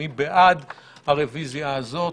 מי בעד הרביזיה הזאת?